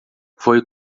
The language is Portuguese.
foi